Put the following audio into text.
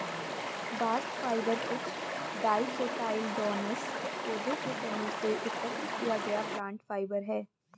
bast fibre कुछ dicotyledonous पौधों के तने से एकत्र किया गया प्लांट फाइबर है